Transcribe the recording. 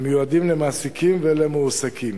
המיועדים למעסיקים ולמועסקים,